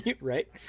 Right